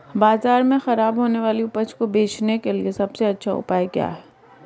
बाजार में खराब होने वाली उपज को बेचने के लिए सबसे अच्छा उपाय क्या है?